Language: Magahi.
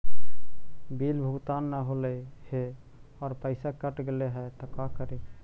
बिल भुगतान न हौले हे और पैसा कट गेलै त का करि?